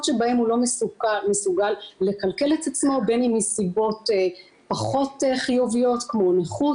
שבהן הוא לא מסוגל לכלכל את עצמו בין אם מסיבות פחות חיוביות כמו נכות,